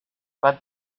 but